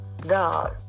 God